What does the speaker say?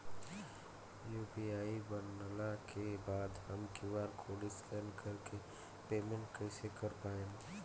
UPI बनला के बाद हम क्यू.आर कोड स्कैन कर के पेमेंट कइसे कर पाएम?